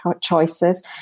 choices